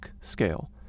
scale